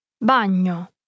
Bagno